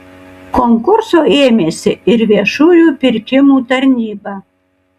konkurso ėmėsi ir viešųjų pirkimų tarnyba